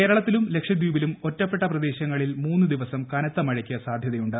കേരളത്തിലും ലക്ഷദ്വീപ്പിലും ഒറ്റപ്പെട്ട പ്രദേശങ്ങളിൽ മൂന്ന് ദിവസം കനത്ത മഴയ്ക്ക് സാധ്യത്ത്യുണ്ട്